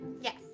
yes